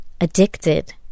addicted